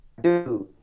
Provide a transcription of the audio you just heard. dude